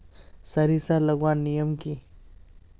सरिसा लगवार नियम की?